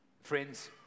Friends